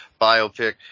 biopic